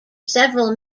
several